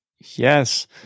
yes